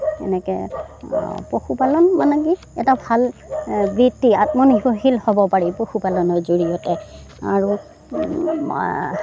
এনেকে পশুপালন মানে কি এটা ভাল বৃত্তি আত্মনিৰ্ভৰশীল হ'ব পাৰি পশুপালনৰ জৰিয়তে আৰু